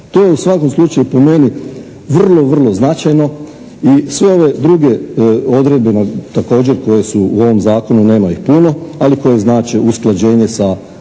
To je u svakom slučaju po meni vrlo, vrlo značajno i sve ove druge odredbe također koje su u ovom Zakonu, nema ih puno, ali koje znače usklađenje sa